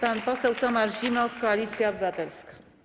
Pan poseł Tomasz Zimoch, Koalicja Obywatelska.